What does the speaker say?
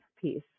piece